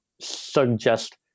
suggest